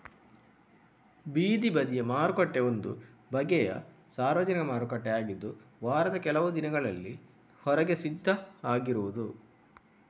ಬೀದಿ ಬದಿಯ ಮಾರುಕಟ್ಟೆ ಒಂದು ಬಗೆಯ ಸಾರ್ವಜನಿಕ ಮಾರುಕಟ್ಟೆ ಆಗಿದ್ದು ವಾರದ ಕೆಲವು ದಿನಗಳಲ್ಲಿ ಹೊರಗೆ ಸಿದ್ಧ ಆಗಿರುದು